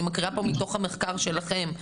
אני מקריאה פה מתוך המחקר שלכם,